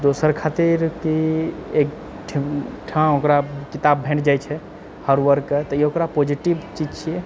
दोसर खातिर कि एक ठाँ ओकरा किताब भेट जाइत छै हर वर्गके तऽ ई ओकरा पॉजिटिव चीज छिऐ